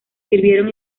sirvieron